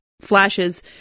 flashes